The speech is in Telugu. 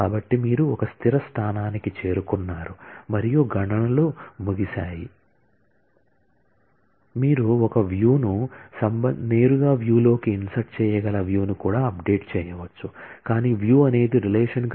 కాబట్టి మీరు ఒక స్థిర స్థానానికి చేరుకున్నారు మరియు గణనలు ముగిశాయి